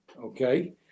okay